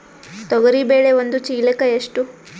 ತೊಗರಿ ಬೇಳೆ ಒಂದು ಚೀಲಕ ಎಷ್ಟು?